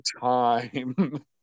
time